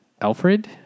Alfred